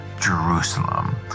Jerusalem